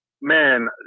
Man